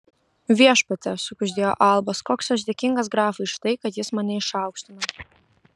viešpatie sukuždėjo albas koks aš dėkingas grafui už tai kad jis mane išaukštino